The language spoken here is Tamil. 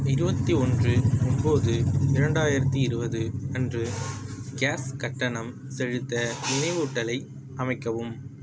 இருபத்தி ஒன்று ஒம்பது இரண்டாயிரத்து இருபது அன்று கேஸ் கட்டணம் செலுத்த நினைவூட்டலை அமைக்கவும்